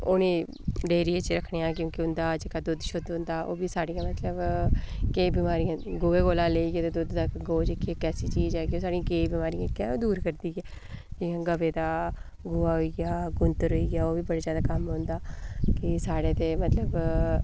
उ'नें ई डेयरी च रक्खने आं क्योंकि उंदा जेह्का दुद्ध शुद्ध होंदा ओह् बी साढ़ै मतलब केईं बमारियां गवें कोला लेइयै ते दुद्ध तक गौ जेह्की ऐ इक ऐसी चीज ऐ कि साढ़ियां केईं बमारियां दूर करदी ऐ गवें दा गोहा होई गेआ गूंत्तर होई गेआ ओह् बी बड़ा जैदा कम्म औंदा एह् साढ़े ते मतलब